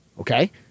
okay